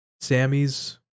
Sammy's